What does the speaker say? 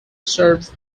serves